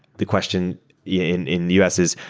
the question in in the u s. is,